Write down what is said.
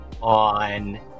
on